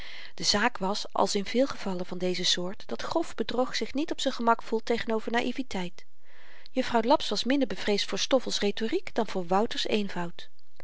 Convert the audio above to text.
de zaak was als in veel gevallen van deze soort dat grof bedrog zich niet op z'n gemak voelt tegenover naïveteit juffrouw laps was minder bevreesd voor stoffels rhetoriek dan voor wouters eenvoud